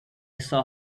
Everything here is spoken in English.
saw